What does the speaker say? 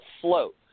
float